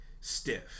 stiff